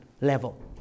level